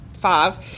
five